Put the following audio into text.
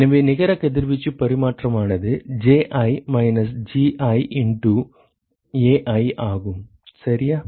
எனவே நிகர கதிர்வீச்சு பரிமாற்றமானது Ji minus Gi into Ai ஆகும் சரியா